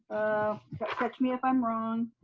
correct me if i'm wrong,